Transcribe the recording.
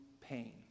pain